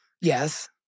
Yes